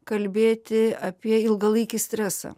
kalbėti apie ilgalaikį stresą